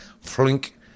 flink